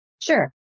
Sure